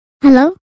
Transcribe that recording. Hello